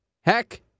Heck